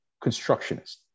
constructionist